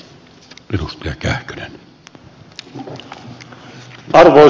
arvoisa puhemies